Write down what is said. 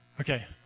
Okay